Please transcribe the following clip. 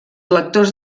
lectors